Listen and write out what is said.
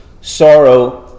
sorrow